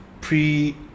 pre